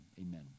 Amen